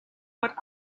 what